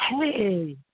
Hey